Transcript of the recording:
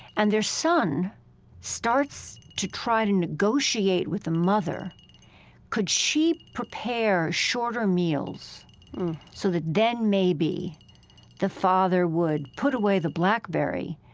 and their son starts to try to negotiate with the mother could she prepare shorter meals so that then maybe the father would put away the blackberry?